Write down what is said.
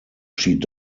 schied